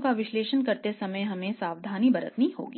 का विश्लेषण करते समय हमें सावधानी बरतनी होगी